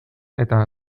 eta